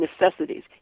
necessities